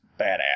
badass